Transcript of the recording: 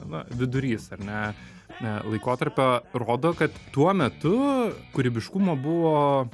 na vidurys ar ne ne laikotarpio rodo kad tuo metu kūrybiškumo buvo